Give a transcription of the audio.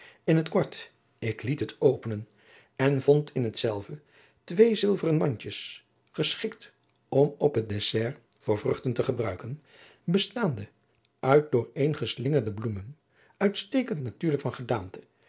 in t kort ik liet het openen en vond adriaan loosjes pzn het leven van maurits lijnslager in hetzelve twee zilveren mandjes geschikt om op het dessert voor vruchten te gebruiken bestaande uit dooreen geslingerde bloemen uitstekend natuurlijk van gedaante